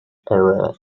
era